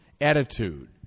attitude